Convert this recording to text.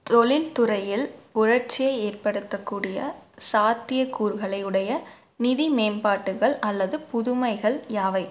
தொழில்துறையில் புரட்சியை ஏற்படுத்தக்கூடிய சாத்தியக்கூறுகளை உடைய நிதி மேம்பாட்டுகள் அல்லது புதுமைகள் யாவை